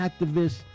activists